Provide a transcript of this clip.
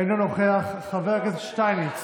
אינו נוכח, חבר הכנסת שטייניץ,